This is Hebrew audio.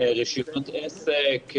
רישיונות עסק,